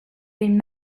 been